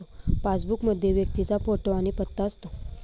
passbook मध्ये व्यक्तीचा photo आणि पत्ता असतो